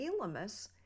Elamus